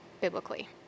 biblically